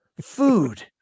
food